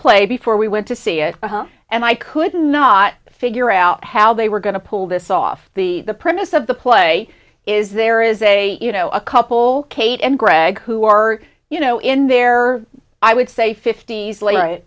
play before we went to see it and i could not figure out how they were going to pull this off the the premise of the play is there is a you know a couple kate and greg who are you know in their i would say fifty's late